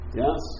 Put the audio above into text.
yes